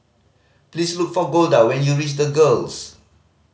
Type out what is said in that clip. please look for Golda when you reach The Girls